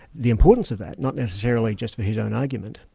the importance of that, not necessarily just for his own argument,